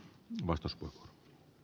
puhemies